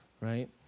Right